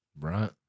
Right